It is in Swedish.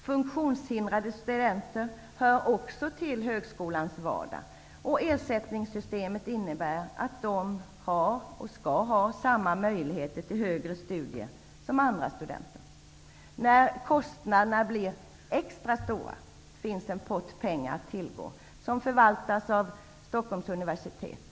Funktionshindrade studenter hör också till högskolans vardag, och ersättningssystemet innebär att de har och skall ha samma möjligheter till högre studier som andra studenter. När kostnaderna blir extra stora, finns det en pott pengar att tillgå som förvaltas av Stockholms universitet.